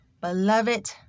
beloved